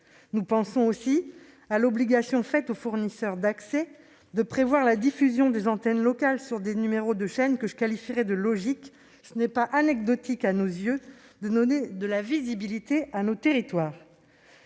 Nous avons ainsi à l'esprit l'obligation, faite aux fournisseurs d'accès, de prévoir la diffusion des antennes locales sur des numéros de chaînes que je qualifierais de « logiques ». Il n'est pas anecdotique, nous semble-t-il, de donner de la visibilité à nos territoires.